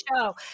show